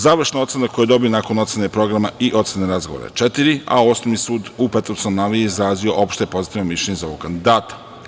Završna ocena koju je dobio nakon ocene programa i ocene razgovora je „četiri“, a Osnovni sud u Petrovcu na Mlavi je izrazio opšte pozitivno mišljenje za ovog kandidata.